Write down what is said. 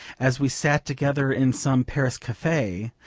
as we sat together in some paris cafe,